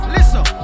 Listen